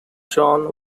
john